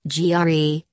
GRE